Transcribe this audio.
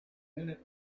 minute